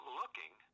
looking